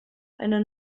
einer